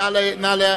אדוני,